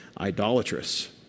idolatrous